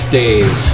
days